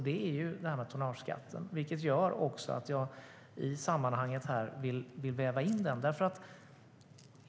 Det är tonnageskatten. Det är anledningen till att jag vill väva in den i sammanhanget.